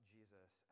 Jesus